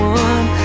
one